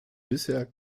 bisher